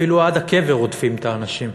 אפילו עד הקבר רודפים את האנשים: